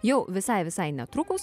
jau visai visai netrukus